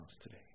today